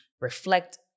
reflect